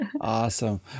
Awesome